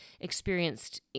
experienced